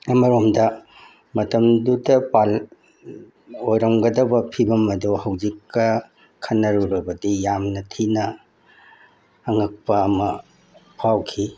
ꯑꯃꯔꯣꯝꯗ ꯃꯇꯝꯗꯨꯗ ꯑꯣꯏꯔꯝꯒꯗꯕ ꯐꯤꯕꯝ ꯑꯗꯣ ꯍꯧꯖꯤꯛꯀ ꯈꯟꯅꯔꯨꯔꯕꯗꯤ ꯌꯥꯝꯅ ꯊꯤꯅ ꯑꯉꯛꯄ ꯑꯃ ꯐꯥꯎꯈꯤ